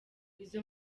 izo